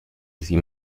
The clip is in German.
sie